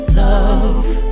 love